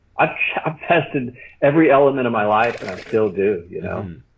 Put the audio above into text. i'm testing every element of my life and i still do, you know.